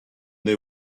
they